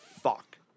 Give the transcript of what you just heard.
fuck